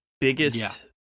biggest